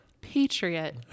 patriot